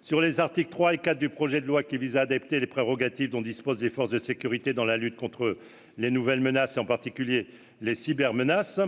sur les articles 3 et 4 du projet de loi qui vise à adapter les prérogatives dont disposent les forces de sécurité dans la lutte contre les nouvelles menaces et en particulier les cybermenaces